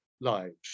lives